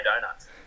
donuts